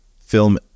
film